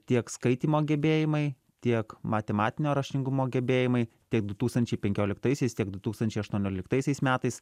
tiek skaitymo gebėjimai tiek matematinio raštingumo gebėjimai tiek du tūkstančiai penkioliktaisiais tiek du tūkstančiai aštuonioliktaisiais metais